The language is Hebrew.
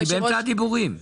אני באמצע הדיבורים.